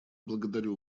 благодарю